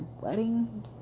Wedding